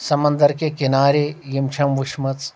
سمندر کے کنارے یِم چھم وٕچھمژٕ